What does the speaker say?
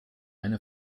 eine